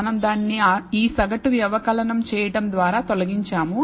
మనం దానిని ఈ సగటు వ్యవకలనం చేయడం ద్వారా తొలగించాము